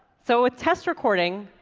so with test recording,